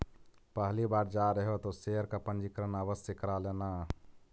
पहली बार जा रहे हो तो शेयर का पंजीकरण आवश्य करा लेना